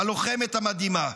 הלוחמת המדהימה.